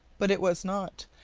but it was not.